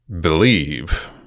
believe